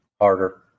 harder